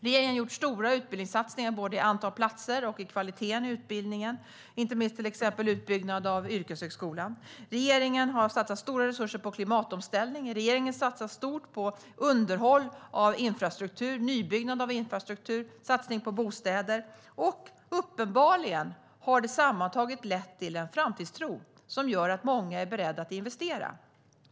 Regeringen har gjort stora utbildningssatsningar både i antal platser och i utbildningens kvalitet, inte minst till exempel i en utbyggnad av yrkeshögskolan. Regeringen har satsat stora resurser på klimatomställningen. Regeringen satsar stort på underhåll av infrastruktur, nybyggnad av infrastruktur och bostäder. Uppenbarligen har det sammantaget lett till en framtidstro som gör att många är beredda att investera.